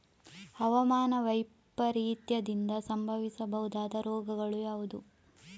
ಹವಾಮಾನ ವೈಪರೀತ್ಯದಿಂದಾಗಿ ಸಂಭವಿಸಬಹುದಾದ ರೋಗಗಳು ಯಾವುದು?